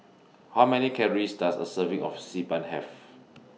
How Many Calories Does A Serving of Xi Ban Have